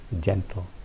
Gentle